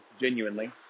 genuinely